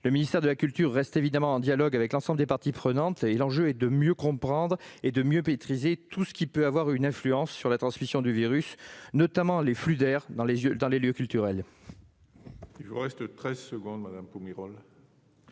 Le ministère de la culture reste évidemment en dialogue avec l'ensemble des parties prenantes. L'enjeu est de mieux comprendre et de mieux maitriser tout ce qui peut avoir une influence sur la transmission du virus, notamment les flux d'air dans les lieux culturels. La parole est à Mme Émilienne Poumirol,